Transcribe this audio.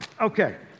Okay